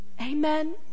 Amen